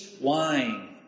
wine